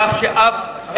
כך שאף אחד,